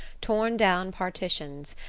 torn down partitions,